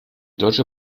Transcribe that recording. deutsche